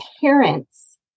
parents